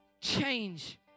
change